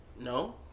no